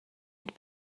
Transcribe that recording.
had